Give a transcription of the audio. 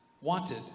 Wanted